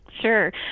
Sure